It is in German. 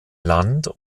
land